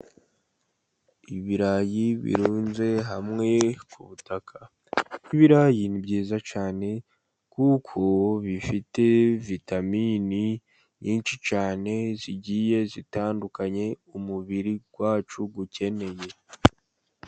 Ibirayi birunze hamwe ku butaka. Ibirayi ni byiza cyane kuko bifite vitaminini nyinshi cyane zigiye zitandukanye umubiri wacu ukeneye.